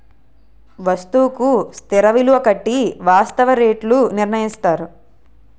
వస్తువుకు స్థిర విలువ కట్టి వాస్తవ రేట్లు నిర్ణయిస్తారు